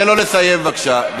תן לו לסיים בבקשה.